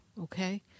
Okay